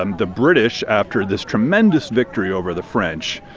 um the british, after this tremendous victory over the french,